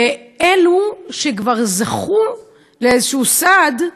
ואלו שכבר זכו לאיזשהו סעד,